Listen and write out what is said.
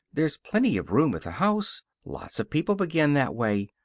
there's plenty of room at the house. lots of people begin that way.